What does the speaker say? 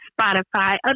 Spotify